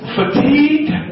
fatigued